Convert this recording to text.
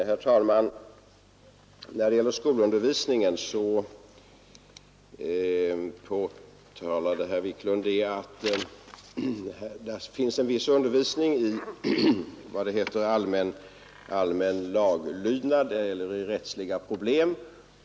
Herr talman! Herr Wiklund i Stockholm nämnde att det i skolan ges en viss undervisning i allmän laglydnad och rättsliga problem.